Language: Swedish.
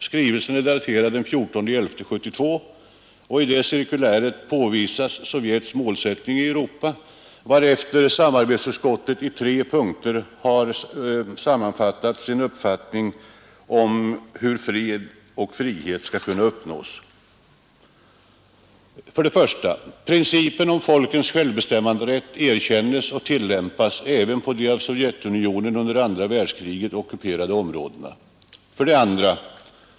Skrivelsen är daterad 14.11.1972. I detta cirkulär påvisas Sovjets målsättning i Europa, varefter samarbetsutskottet i tre punkter har sammanfattat sin uppfattning av hur fred och frihet skall kunna uppnås: 1. Principen om folkens självbestämmanderätt erkännes och tillämpas även på de av Sovjetunionen under andra världskriget ockuperade områdena. 2.